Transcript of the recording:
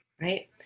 right